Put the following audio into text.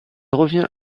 revient